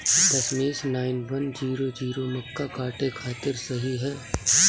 दशमेश nine one zero zero मक्का काटे खातिर सही ह?